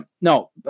no